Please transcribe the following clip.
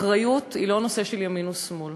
אחריות היא לא נושא של ימין ושמאל.